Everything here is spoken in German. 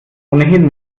ohnehin